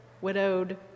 widowed